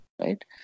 right